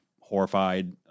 horrified